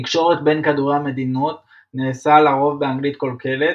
תקשורת בין כדורי-המדינות נעשית לרוב באנגלית קלוקלת